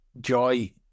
joy